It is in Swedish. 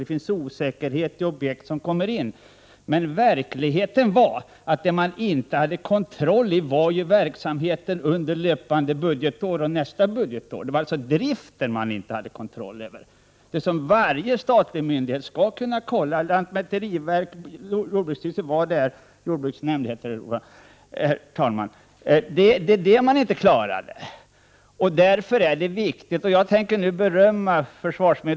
Det finns osäkerhet i objekt som kommer in. Men verkligheten är, att det man inte har kontroll över är verksamheten under löpande budgetår och nästa budgetår. Det är alltså driften man inte har kontroll över. Det är något som varje statlig myndighet skall kunna kontrollera, t.ex. lantmäteriverksamhet, jordbruksnämnd osv. Man klarar alltså inte det. Jag vill berömma försvarsministern.